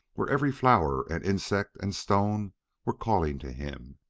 where every flower and insect and stone were calling to him.